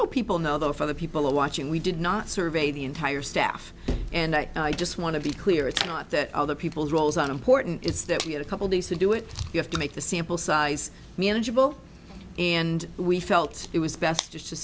so people know that if other people are watching we did not survey the entire staff and i just want to be clear it's not that other people rolls on important it's that we had a couple days to do it you have to make the sample size manageable and we felt it was best just to